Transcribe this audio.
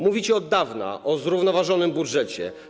Mówicie od dawna o zrównoważonym budżecie.